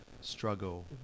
struggle